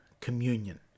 communion